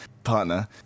partner